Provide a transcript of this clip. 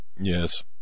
yes